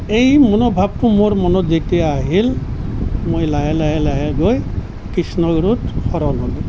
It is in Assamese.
এই মনৰ ভাৱটো মোৰ মনত যেতিয়াই আহিল মই লাহে লাহে লাহে গৈ কৃষ্ণগুৰুত শৰণ ললোঁ